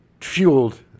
fueled